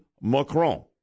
Macron